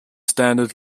standard